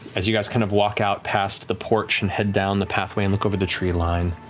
as you guys kind of walk out past the porch and head down the pathway and look over the treeline,